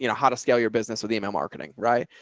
you know how to scale your business with email marketing, right.